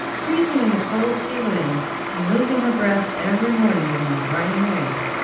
freezing in the cold sea-winds, and losing her breath every morning in the briny wave,